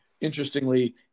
interestingly